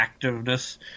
activeness